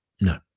no